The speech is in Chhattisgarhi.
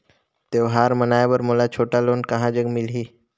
त्योहार मनाए बर मोला छोटा लोन कहां जग मिलही?